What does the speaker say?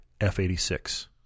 F86